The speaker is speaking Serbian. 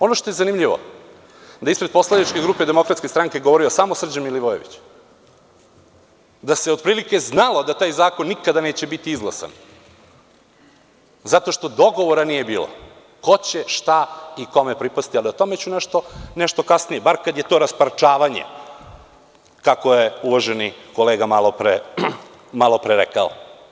Ono što je zanimljivo je da je ispred poslaničke grupe DS govorio samo Srđan Milivojević, da se otprilike znalo da taj zakon nikada neće biti izglasan zato što dogovora nije bilo ko će, šta i kome pripasti, ali o tome ću nešto kasnije, bar kad je to rasparčavanje, kako je uvaženi kolega malopre rekao.